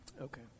Okay